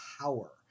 power